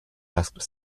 asked